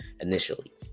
initially